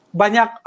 banyak